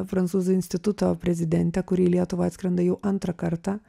prancūzų instituto prezidente kuri į lietuvą atskrenda jau antrą kartą